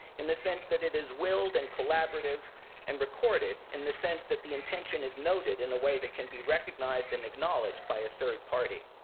in the sense that it is willed and collaborative and recorded, in the sense that the intention is noted in a way that can be recognized and acknowledged by a third party.